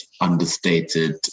understated